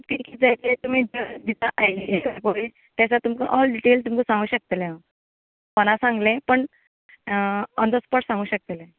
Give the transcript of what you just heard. ती एक्जेकटली तुमी दिता न्ही घेता पळय तेका तुमका ओल डिटेल तुमकां सांगूंक शकतलें हांव फोना सांगलें पण ओन द स्पोट सांगू शकतलें